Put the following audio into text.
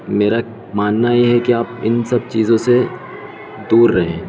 میرا ماننا یہ ہے کہ آپ ان سب چیزوں سے دور رہیں